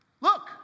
Look